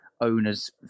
owners